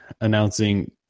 announcing